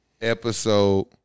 episode